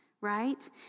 right